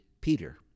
Peter